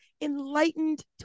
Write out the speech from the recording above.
enlightened